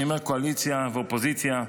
אני אומר "קואליציה ואופוזיציה",